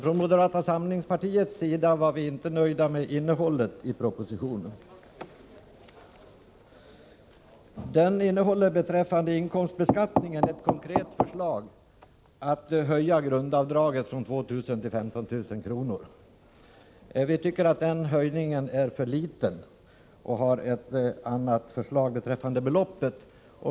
Från moderata samlingspartiets sida är vi dock inte nöjda med innehållet i propositionen. Den innehåller beträffande inkomstbeskattningen ett konkret förslag att höja grundavdraget från 2 000 till 15 000 kr. Vi tycker att den höjningen är för liten och har ett annat förslag beträffande beloppet.